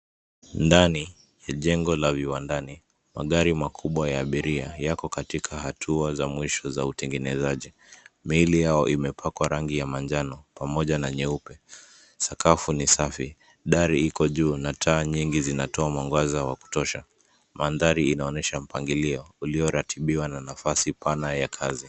Ndani ya jengo la viwandani, magari makubwa ya abiria yako katika hatua za mwisho za utengenezaji. Miili yao imepakwa rangi ya manjano pamoja na nyeupe. Sakafu ni safi, dari iko juu na taa nyingi zinatoa mwangaza wa kutosha. Mandhandari inaonyesha mpangilio ulioratibiwa na nafasi pana ya kazi.